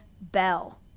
Bell